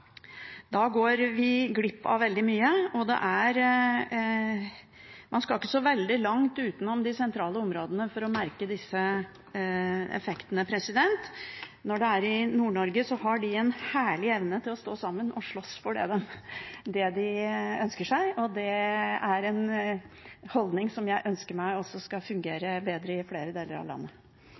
Da går vi glipp av veldig mye, og man skal ikke så veldig langt utenfor de sentrale områdene for å merke disse effektene. Når det skjer i Nord-Norge, har de en herlig evne til å stå sammen og slåss for det de ønsker seg. Det er en holdning som jeg ønsker skal fungere bedre i flere deler av landet.